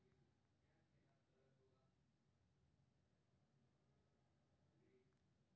ओइ सं जे लाभ या हानि होइ छै, ओ अहां कें भेटैए